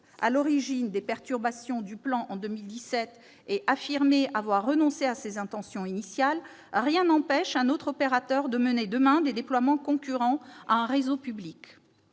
à la source des perturbations du plan en 2017 ait affirmé avoir renoncé à ses intentions initiales, rien n'empêche un autre opérateur de mener demain des déploiements concurrents à un réseau public.